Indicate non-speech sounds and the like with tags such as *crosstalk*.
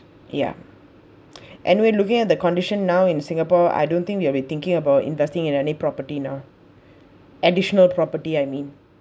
ya *breath* and we're looking at the condition now in singapore I don't think we are re-thinking about investing in any property now additional property I mean